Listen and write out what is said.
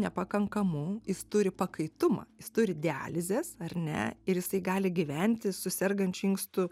nepakankamu jis turi pakaitumą jis turi dializes ar ne ir jisai gali gyventi su sergančiu inkstu